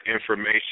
information